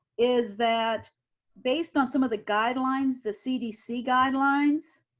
is that based on some of the guidelines, the cdc guidelines,